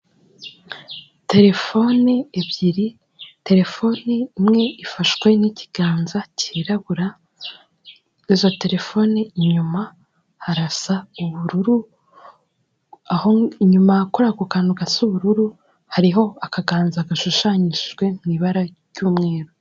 Terefone ebyiri, terefone imwe ifashwe n'ikiganza cyirabura, izo terefone inyuma harasa ubururu, inyuma kuri ako kantu gasa ubururu hariho akaganza gashushanyishijwe mu ibara ry'umweru.